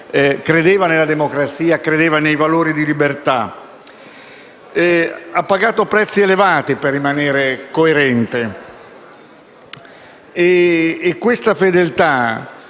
credeva nella democrazia e nei valori di libertà. Ha pagato prezzi elevati per rimanere coerente,